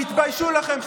תתביישו לכם,